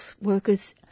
workers